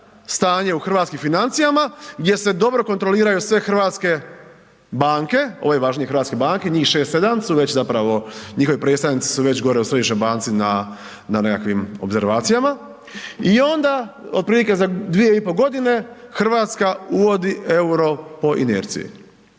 stanje u hrvatskim financijama gdje se dobro kontroliraju sve hrvatske banke, ove važnije hrvatske banke, njih 6-7 su već zapravo, njihovi predstavnici su već gore u središnjoj banci na, na nekakvim opservacijama i onda otprilike za 2,5.g. RH uvodi EUR-po inerciji.